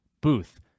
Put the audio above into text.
Booth